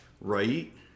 Right